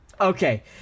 Okay